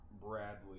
Bradley